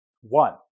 One